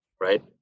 right